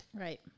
right